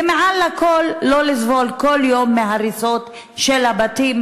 ומעל הכול, לא לסבול כל יום מהריסות של הבתים,